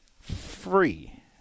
free